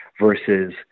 versus